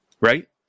right